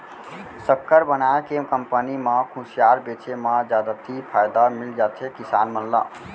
सक्कर बनाए के कंपनी म खुसियार बेचे म जादति फायदा मिल जाथे किसान मन ल